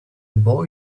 boy